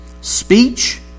Speech